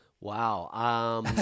Wow